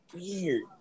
weird